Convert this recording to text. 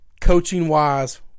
coaching-wise